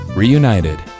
Reunited